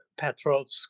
Petrovsk